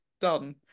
Done